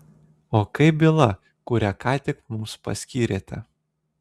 o kaip byla kurią ką tik mums paskyrėte